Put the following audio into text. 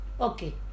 okay